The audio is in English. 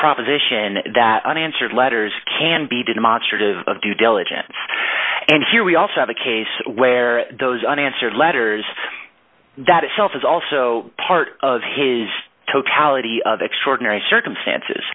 proposition that unanswered letters can be demonstrative of due diligence and here we also have a case where those unanswered letters that itself is also part of his totality of extraordinary circumstances